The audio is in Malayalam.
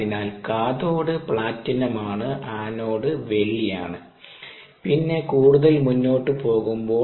അതിനാൽ കാഥോഡ് പ്ലാറ്റിനമാണ് ആനോഡ് വെള്ളിയാണ് പിന്നെ കൂടുതൽ മുന്നോട്ട് പോകുമ്പോൾ